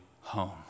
home